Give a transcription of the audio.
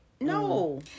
No